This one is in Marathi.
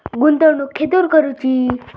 गुंतवणुक खेतुर करूची?